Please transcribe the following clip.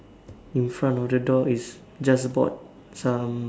in front of the door is just bought some